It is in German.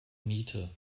miete